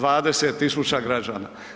20 000 građana.